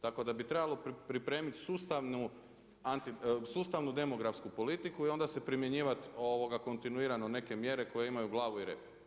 Tako da bi trebalo pripremiti sustavnu demografsku politiku i onda se primjenjivat kontinuirano neke mjere koje imaju glavu i rep.